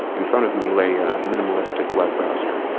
in front of me lay a minimalistic web browser,